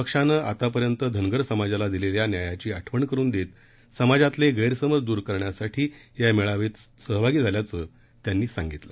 पक्षानंनं आतापर्यंत धनगर समाजाला दिलेल्या न्यायाची आठवण करून देत समाजातले गस्तिमज दूर करण्यासाठी या मेळाव्यात सहभागी झाल्याचं त्यांनी सांगितलं